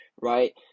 Right